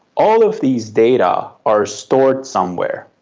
all of these data are stored somewhere.